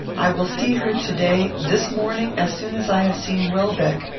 i will see her to-day this morning as soon as i have seen welbeck,